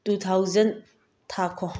two thousand ꯊꯥꯈꯣ